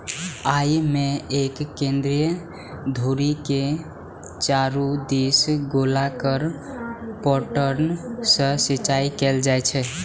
अय मे एक केंद्रीय धुरी के चारू दिस गोलाकार पैटर्न सं सिंचाइ कैल जाइ छै